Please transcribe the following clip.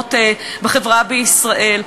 המיניות בחברה בישראל.